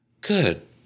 Good